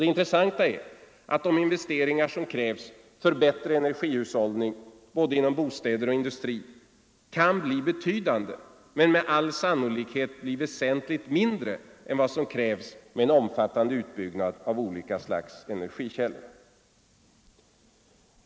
Det intressanta är att de investeringar som krävs för bättre energihushållning i både bostäder och industri kan bli betydande men med all sannolikhet blir väsentligt mindre än vad som krävs med en omfattande utbyggnad av olika slags energikällor.